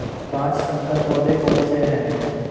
पाँच संकर पौधे कौन से हैं?